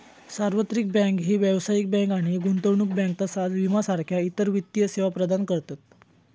सार्वत्रिक बँक ही व्यावसायिक बँक आणि गुंतवणूक बँक तसाच विमा सारखा इतर वित्तीय सेवा प्रदान करतत